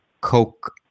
Coke